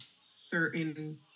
certain